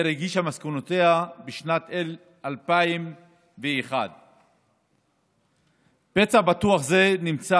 הגישה מסקנותיה בשנת 2001. פצע פתוח זה נמצא